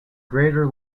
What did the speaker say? greater